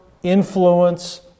influence